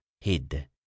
hid